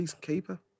keeper